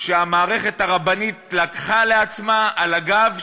שהמערכת הרבנית לקחה לעצמה על הגב,